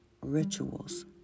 rituals